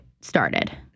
started